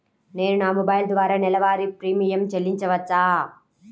నేను నా మొబైల్ ద్వారా నెలవారీ ప్రీమియం చెల్లించవచ్చా?